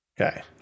Okay